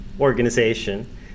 organization